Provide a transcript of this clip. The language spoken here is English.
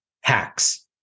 hacks